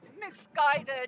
misguided